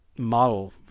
model